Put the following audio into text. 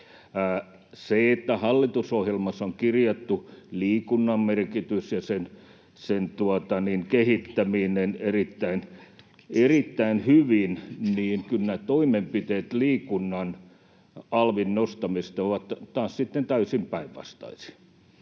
oleviin. Hallitusohjelmaan on kirjattu liikunnan merkitys ja sen kehittäminen erittäin hyvin, mutta kyllä nämä toimenpiteet liikunnan alvin nostamisesta ovat taas sitten täysin päinvastaisia.